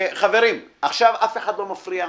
חברים, עכשיו אף אחד לא מפריע.